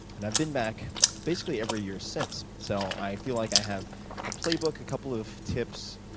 and i've been back basically every year since. so i feel like i have a playbook, a couple of tips,